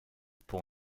pour